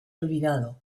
olvidado